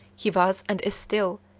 he was, and is still,